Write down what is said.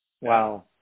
Wow